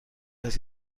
است